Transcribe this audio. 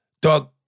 Doug